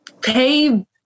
pay